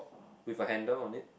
with a handle on it